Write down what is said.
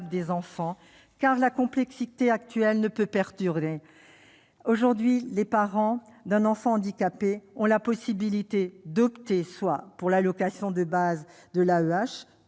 des enfants, car la complexité actuelle ne peut perdurer. Aujourd'hui, les parents d'un enfant handicapé ont la possibilité d'opter, soit pour l'allocation de base de l'AEEH,